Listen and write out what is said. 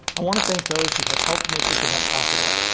i wanna thank those who have helped make this event possible.